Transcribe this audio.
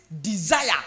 desire